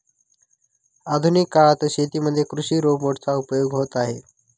आधुनिक काळात शेतीमध्ये कृषि रोबोट चा उपयोग होत आहे